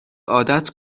عادت